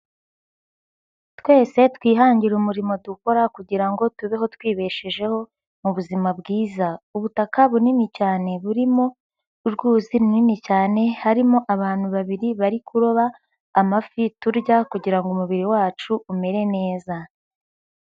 Twese twihangire umurimo dukora kugira ngo tubeho twibeshejeho mu buzima bwiza. Ubutaka bunini cyane burimo urwuzi runini cyane harimo abantu babiri bari kuroba amafi turya kugira ngo umubiri wacu umere neza.